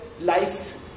life